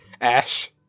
ash